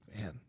man